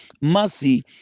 mercy